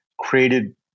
created